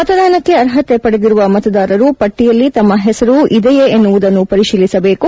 ಮತದಾನಕ್ಕೆ ಅರ್ಷತೆ ಪಡೆದಿರುವ ಮತದಾರರು ಪಟ್ಟಿಯಲ್ಲಿ ತಮ್ಮ ಹೆಸರು ಇದೆಯೇ ಎನ್ನುವುದನ್ನು ಪರಿಶೀಲಿಸಬೇಕು